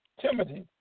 Timothy